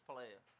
player